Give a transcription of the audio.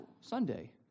Sunday